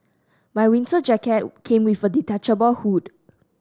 my winter jacket came with a detachable hood